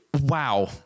wow